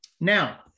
Now